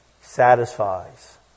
Satisfies